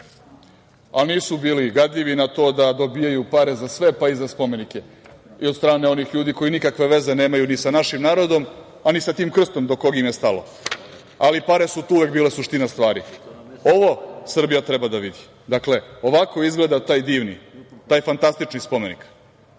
ali nisu bili gadljivi na to da dobijaju pare za sve, pa i za spomenike i od strane onih ljudi koji nikakve veze nemaju ni sam našim narodom, a ni sa tim krstom do koga im je stalo, ali pare su tu uvek bile suština stvari. Ovo Srbija treba da vidi. Ovako izgleda taj divni, fantastični spomenik